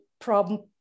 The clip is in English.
problem